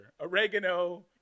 Oregano